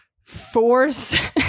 force